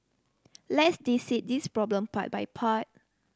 let's dissect this problem part by part